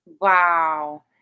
Wow